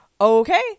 okay